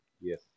yes